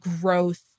growth